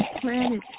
planet